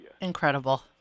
Incredible